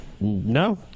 No